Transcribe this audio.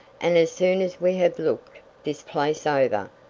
and as soon as we have looked this place over,